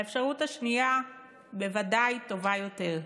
האפשרות השנייה בוודאי טובה יותר.